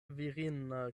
virina